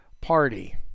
party